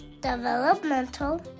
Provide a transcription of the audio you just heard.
developmental